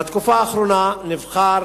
באחרונה נבחר